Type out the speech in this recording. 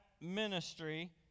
ministry